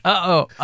Uh-oh